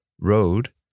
Road